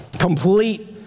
complete